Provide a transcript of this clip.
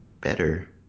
better